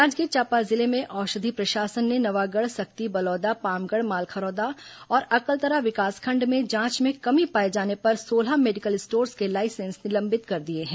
जांजगीर चांपा जिले में औषधि प्रशासन ने नवागढ़ सक्ति बलौदा पामगढ़ मालखरौदा और अकलतरा विकासखंड में जांच में कमी पाए जाने पर सोलह मेडिकल स्टोर्स के लाइसेंस निलंबित कर दिए हैं